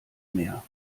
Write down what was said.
mehr